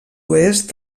oest